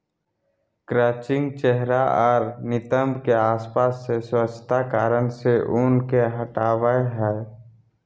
crutching चेहरा आर नितंब के आसपास से स्वच्छता कारण से ऊन के हटावय हइ